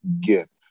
get